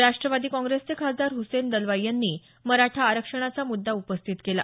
राष्ट्रवादी काँग्रेसचे खासदार हुसेन दलवाई यांनी मराठा आरक्षणाचा मुद्दा उपस्थित केला